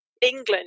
England